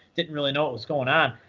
didn't really know what was going on.